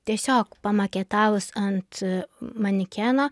tiesiog pamaketavus ant manekeno